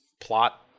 plot